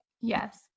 Yes